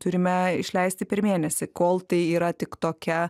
turime išleisti per mėnesį kol tai yra tik tokia